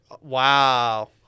Wow